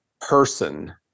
person